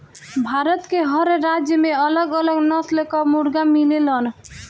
भारत के हर राज्य में अलग अलग नस्ल कअ मुर्गा मिलेलन